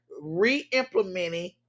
re-implementing